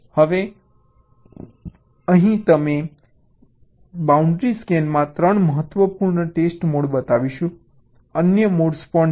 હવે અહીં અમે તમને બાઉન્ડ્રી સ્કેનનાં 3 મહત્વપૂર્ણ ટેસ્ટ મોડ્સ બતાવીશું અન્ય મોડ્સ પણ છે